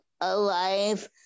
alive